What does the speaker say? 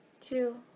Two